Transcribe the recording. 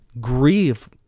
grieve